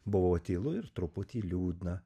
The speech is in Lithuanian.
buvo tylu ir truputį liūdna